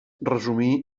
resumir